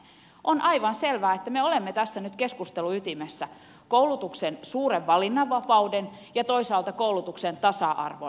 on aivan selvää että me olemme tässä nyt keskustelun ytimessä koulutuksen suuren valinnanvapauden ja toisaalta koulutuksen tasa arvon välillä